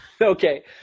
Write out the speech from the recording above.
Okay